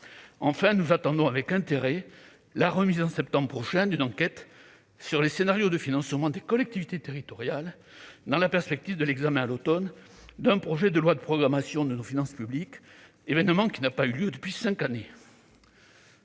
outre, nous attendons avec intérêt la remise, au mois de septembre prochain, d'une enquête sur les scénarios de financement des collectivités territoriales, en vue de l'examen à l'automne d'un projet de loi de programmation de nos finances publiques, un événement qui n'a pas eu lieu depuis cinq ans.